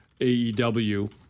AEW